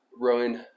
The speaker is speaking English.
rowing